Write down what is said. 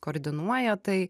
koordinuoja tai